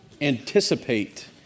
anticipate